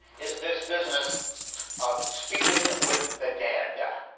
is this business of speaking with the dead. and